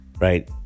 Right